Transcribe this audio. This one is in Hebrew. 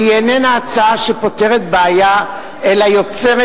כי היא איננה הצעה שפותרת בעיה אלא יוצרת,